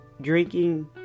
drinking